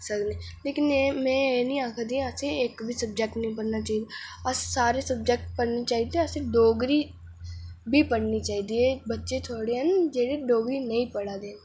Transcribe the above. लेकिन में एह् नेईं आखदी एह् असें इक बी सब्जैक्ट नेंई पढना चाहिदा अस सारे सब्जैक्ट पढ़ने चाहिदे डोगरी बी पढ़नी चाहिदी ऐसे बच्चे थोह्डे न जेहड़े नेईं पढ़ा दे